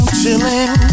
chillin